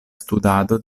studado